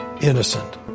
innocent